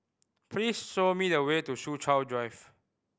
please show me the way to Soo Chow Drive